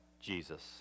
Jesus